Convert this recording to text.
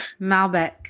Malbec